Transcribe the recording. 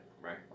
right